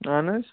اَہن حظ